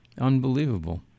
Unbelievable